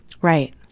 Right